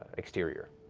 exterior.